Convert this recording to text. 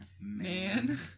Man